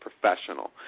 professional